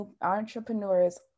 entrepreneurs